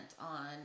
on